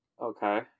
Okay